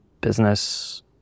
business